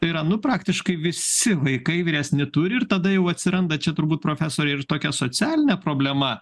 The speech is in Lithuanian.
tai yra nu praktiškai visi vaikai vyresni turi ir tada jau atsiranda čia turbūt profesore ir tokia socialinė problema